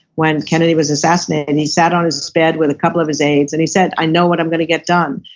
when kennedy was assassinated and he sat on his bed with a couple of his aides, and he said, i know what i'm going to get done.